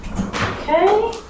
Okay